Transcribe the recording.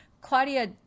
Claudia